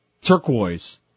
Turquoise